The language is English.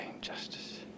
justice